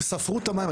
הם ספרו את המים.